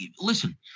listen